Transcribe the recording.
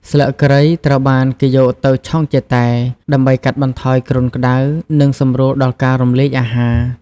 ស្លឹកគ្រៃ ត្រូវបានគេយកទៅឆុងជាតែ ដើម្បីកាត់បន្ថយគ្រុនក្តៅ និងសម្រួលដល់ការរំលាយអាហារ។